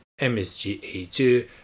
MSGA2